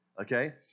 Okay